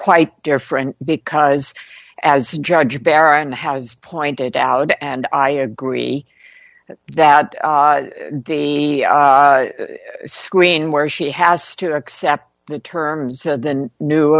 quite different because as judge karen has pointed out and i agree that the screen where she has to accept the terms than new